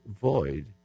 void